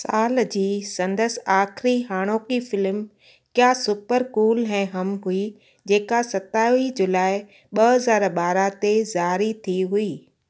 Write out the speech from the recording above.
साल जी संदसि आख़िरीं हाणोकि फिल्म क्या सुपर कूल है हम हुई जेका सतावीह जुलाई ॿ हज़ार ॿारहं ते ज़ारी थी हुई